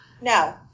No